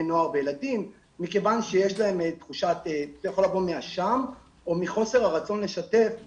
נוער וילדים מכיוון שיש להם תחושת אשם או חוסר רצון לשתף.